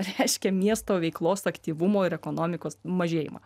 reiškia miesto veiklos aktyvumo ir ekonomikos mažėjimą